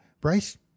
Bryce